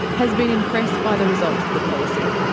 has been impressed by the results of the policy.